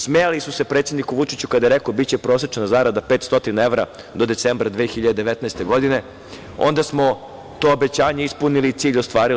Smejali su se predsedniku Vučiću kada je rekao da će prosečna zarada biti 500 evra do decembra 2019. godine, onda smo to obećanje ispunili i cilj ostvarili.